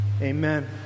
amen